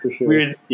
weird